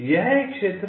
यह एक क्षेत्र है